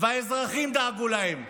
והאזרחים דאגו להם.